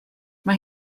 mae